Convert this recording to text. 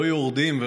לא יורדים מהארץ,